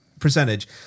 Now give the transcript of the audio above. Percentage